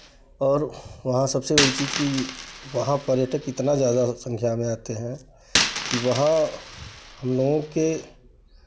और वहाँ का सबसे बड़ी चीज़ कि वहाँ पर्यटक इतना ज़्यादा संख्या में आते हैं कि वहाँ हम लोगों के